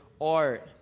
art